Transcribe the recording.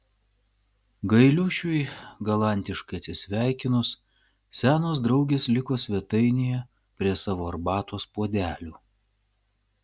gailiušiui galantiškai atsisveikinus senos draugės liko svetainėje prie savo arbatos puodelių